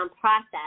process